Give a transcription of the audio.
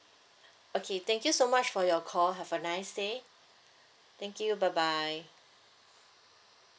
okay thank you so much for your call have a nice day thank you bye bye